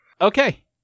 Okay